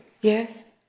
yes